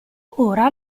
ora